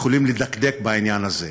יכולים לדקדק בעניין הזה.